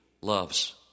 loves